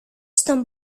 στον